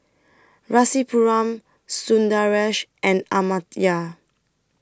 Rasipuram Sundaresh and Amartya